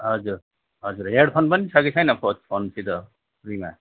हजुर हजुर हेडफोन पनि छ कि छैन फो फोनतिर फ्रीमा